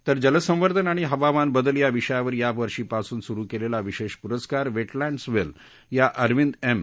तर जलसंवर्धन आणि हवामान बदल या विषयावर यावर्षीपासून सुरु केलेला विशेष पुरस्कार वेटलँड्स वेल या अरविंद एम